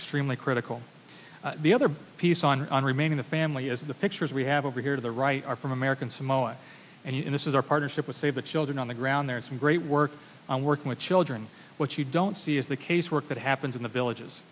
extremely critical the other piece on and remain in the family as the pictures we have over here to the right are from american samoa and this is our partnership with save the children on the ground there is some great work on working with children which you don't see as the case work that happens in the village